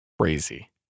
crazy